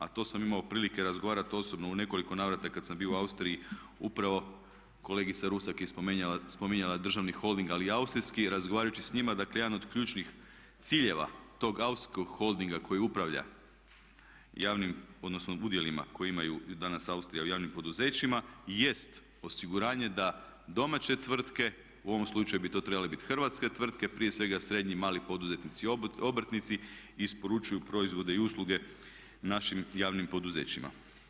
A to sam imao prilike razgovarati osobno u nekoliko navrata kad sam bio u Austriji upravo kolegica Rusak je spominjala državni holding ali i austrijski i razgovarajući s njima dakle jedan od ključnih ciljeva tog austrijskog holdinga koji upravlja javnim odnosno udjelima koje imaju danas Austrija u javnim poduzećima jest osiguranje da domaće tvrtke, u ovom slučaju bi to trebale biti hrvatske tvrtke prije svega srednji i mali poduzetnici, obrtnici isporučuju proizvode i usluge našim javnim poduzećima.